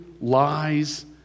lies